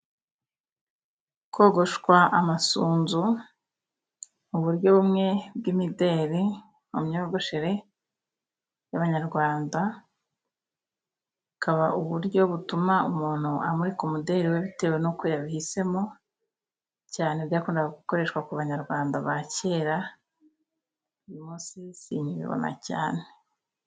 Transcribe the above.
Kogoshwa amasunzu mu buryo bumwe bw'imideli mu myogoshere y'Abanyarwanda, ikaba uburyo butuma umuntu amurika umudeli we bitewe n'uko yabihisemo, cyane byakundaga gukoreshwa ku Banyarwanda ba kera, uyu munsi simbibona cyane.